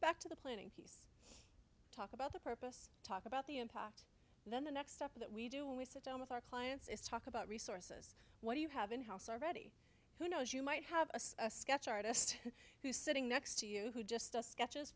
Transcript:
back to the planning piece talk about the purpose talk about the impact and then the next step that we do when we sit down with our clients is talk about resources what do you have in house already who knows you might have a sketch artist who's sitting next to you who just